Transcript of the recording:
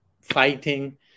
fighting